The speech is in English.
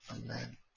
Amen